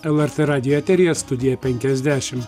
lrt radijo eteryje studija penkiasdešimt